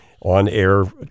on-air